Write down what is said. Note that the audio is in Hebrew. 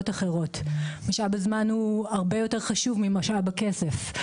אחרות; הוא הרבה יותר חשוב ממשאב הכנסת.